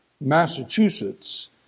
Massachusetts